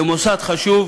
למוסד חשוב,